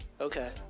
Okay